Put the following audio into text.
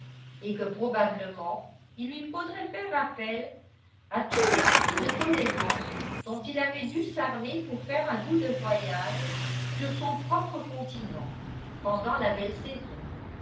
et que probablement il lui faudrait faire appel à tout l'esprit de tolérance dont il avait dû s'armer pour faire un bout de voyage sur son propre continent pendant la belle saison